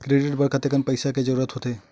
Credit बर कतेकन पईसा के जरूरत होथे?